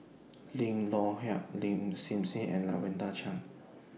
Lim Loh Huat Lin Hsin Hsin and Lavender Chang